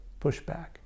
pushback